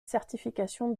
certification